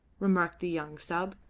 remarked the young sub.